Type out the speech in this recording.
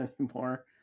anymore